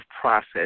process